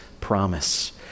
promise